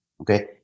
okay